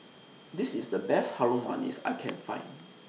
This IS The Best Harum Manis that I Can Find